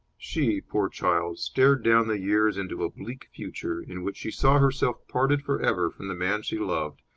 she, poor child, stared down the years into a bleak future, in which she saw herself parted for ever from the man she loved,